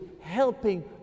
helping